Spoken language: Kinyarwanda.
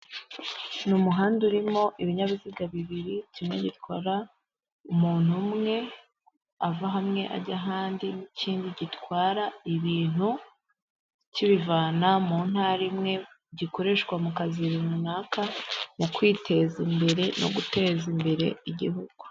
Ni umuhanda urimo ibinyabiziga bibiri; kimwe gitwara umuntu umwe, ava hamwe ajya ahandi, n'ikindi gitwara ibintu, kibivana mu ntara imwe, gikoreshwa mu kazi runaka, mu kwiteza imbere no guteza imbere igihugu.